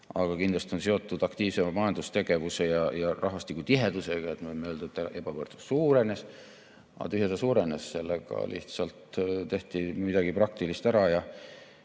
aga kindlasti on seotud aktiivsema majandustegevuse ja rahvastiku tihedusega. Me võime öelda, et ebavõrdsus suurenes, aga tühja ta suurenes, sellega lihtsalt tehti midagi praktilist ära.